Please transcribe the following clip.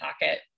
pocket